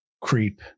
creep